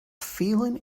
feeling